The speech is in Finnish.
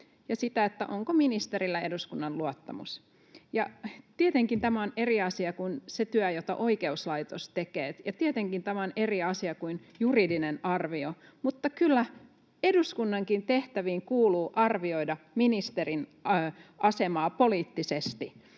ja sitä, onko ministerillä eduskunnan luottamus. Tietenkin tämä on eri asia kuin se työ, jota oikeuslaitos tekee, ja tietenkin tämä on eri asia kuin juridinen arvio, mutta kyllä eduskunnankin tehtäviin kuuluu arvioida ministerin asemaa poliittisesti.